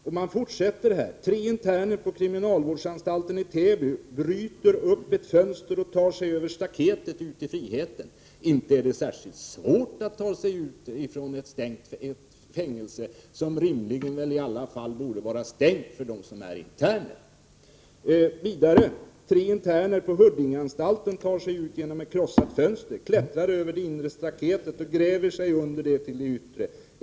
Aftonbladet fortsätter: ”Tre interner på kriminalvårdsanstalten i Täby bryter upp ett fönster och tar sig över staketet ut i friheten.” Det är inte särskilt svårt att ta sig ut från ett fängelse som rimligen eller åtminstone borde vara stängt för dem som är interner. Jag citerar vidare: ”Tre interner på Huddingeanstalten tar sig ut genom ett krossat fönster, klättrar över det inre staketet och gräver sig under det yttre.